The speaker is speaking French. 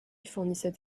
fournissait